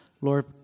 Lord